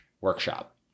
workshop